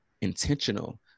intentional